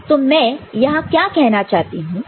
तो मैं यहां क्या कहना चाहती हूं